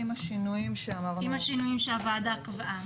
עם השינויים ---- עם השינויים שהוועדה קבעה.